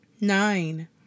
nine